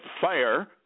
fire